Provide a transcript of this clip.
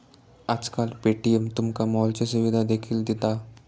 आजकाल पे.टी.एम तुमका मॉलची सुविधा देखील दिता